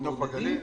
מקומות.